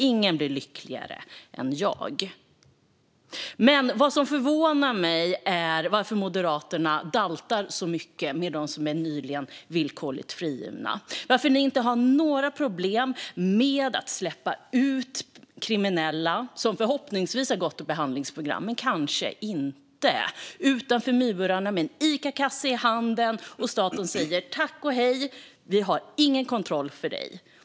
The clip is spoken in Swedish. Ingen blir lyckligare än jag! Men det förvånar mig att Moderaterna daltar så mycket med dem som är nyligen villkorligt frigivna. Man har inga problem med att staten släpper ut kriminella - som förhoppningsvis, men kanske inte, har gått ett behandlingsprogram - utanför murarna med en Icakasse i handen och säger: "Tack och hej! Vi har ingen kontroll över dig."